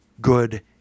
good